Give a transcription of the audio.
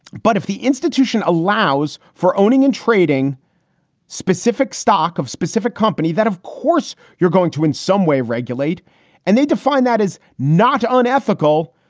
but if the institution allows for owning and trading specific stock of specific company, that of course you're going to in some way regulate and they define that is not unethical.